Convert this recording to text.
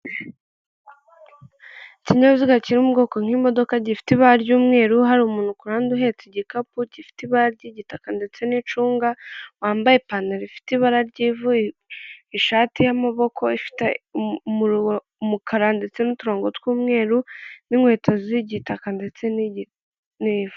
Ikinyabiziga kiri mu bwoko nk'imodoka gifite ibara ry'umweru hari umuntu ukuraran uhetse igikapu gifite ibara ry'igitaka ndetse n'icunga wambaye ipantaro rifite ibara ry'ivu, ishati y'amaboko ifite, umukara ndetse n'uturongogo tw'umweru n'inkweto z'igitaka ndetse n'ivu.